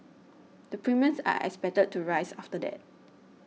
the premiums are expected to rise after that